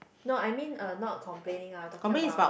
no I mean uh not complaining ah talking about